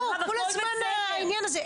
לא, כל הזמן העניין הזה.